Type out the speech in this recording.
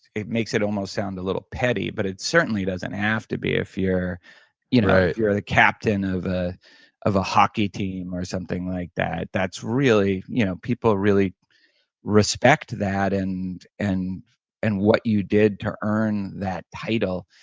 it makes it almost sound a little petty but it certainly doesn't have to be if you're you know you're the captain of ah of a hockey team or something like that. that's really, you know people really respect that and and and what you did to earn that title.